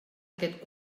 aquest